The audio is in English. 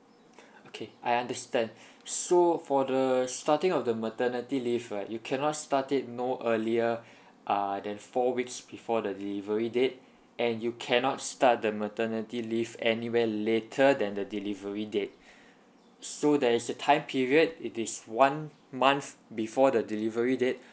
okay I understand so for the starting of the maternity leave right you cannot start it no earlier uh than four weeks before the delivery date and you cannot start the maternity leave anywhere later than the delivery date so there is a time period it is one month before the delivery date